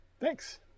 Thanks